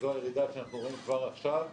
שזו הירידה שאנחנו רואים כבר עכשיו,